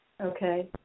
Okay